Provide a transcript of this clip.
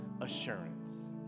assurance